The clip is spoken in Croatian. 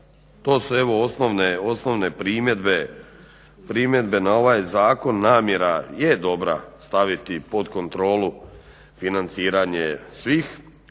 to su osnovne primjedbe na ovaj zakon. Namjera je dobra, staviti pod kontrolu financiranje svih